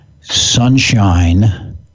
sunshine